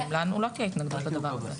לנו לא תהיה התנגדות לדבר הזה.